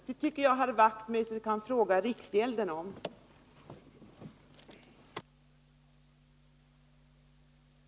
Det tycker jag att herr Wachtmeister kan fråga riksgäldskontoret om.